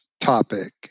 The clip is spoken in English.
topic